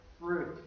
fruit